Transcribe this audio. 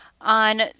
on